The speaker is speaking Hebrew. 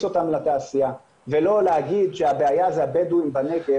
אותם לתעשייה ולא להגיד שהבעיה זה הבדואים בנגב,